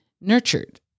nurtured